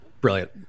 brilliant